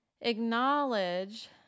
acknowledge